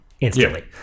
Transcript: instantly